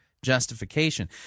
Justification